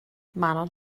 manon